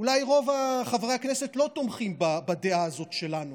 אולי רוב חברי הכנסת לא תומכים בדעה הזאת שלנו,